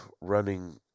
running